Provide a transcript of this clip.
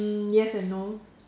mm yes and no